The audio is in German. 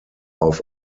auf